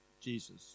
Jesus